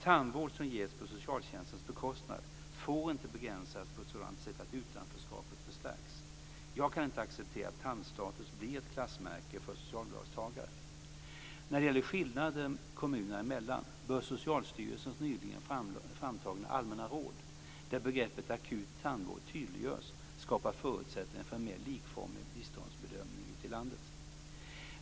Tandvård som ges på socialtjänstens bekostnad får inte begränsas på ett sådant sätt att utanförskapet förstärks. Jag kan inte acceptera att tandstatus blir ett klassmärke för socialbidragstagare. När det gäller skillnader kommuner emellan bör Socialstyrelsens nyligen framtagna Allmänna råd, där begreppet akut tandvård tydliggörs, skapa förutsättningar för en mer likformig biståndsbedömning ute i landet.